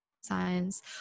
science